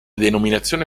denominazione